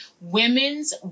women's